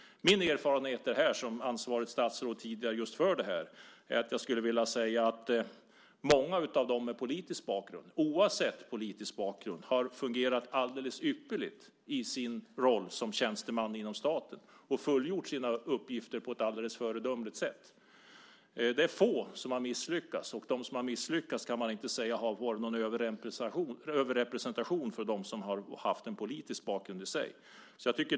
Min erfarenhet som tidigare ansvarigt statsråd för detta är att många av dem med politisk bakgrund - oavsett politisk bakgrund - har fungerat alldeles ypperligt i sin roll som tjänsteman i staten och fullgjort sina uppgifter på ett alldeles föredömligt sätt. Det är få som har misslyckats. Bland dem som har misslyckats kan man inte säga att det har varit någon överrepresentation av personer med politisk bakgrund.